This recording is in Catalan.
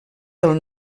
del